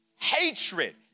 Hatred